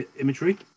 imagery